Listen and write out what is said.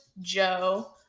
Joe